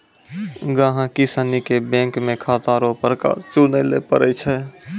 गहिकी सनी के बैंक मे खाता रो प्रकार चुनय लै पड़ै छै